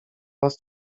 was